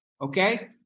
Okay